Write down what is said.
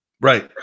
Right